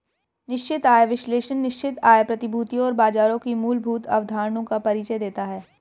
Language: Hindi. निश्चित आय विश्लेषण निश्चित आय प्रतिभूतियों और बाजारों की मूलभूत अवधारणाओं का परिचय देता है